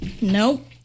Nope